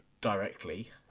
directly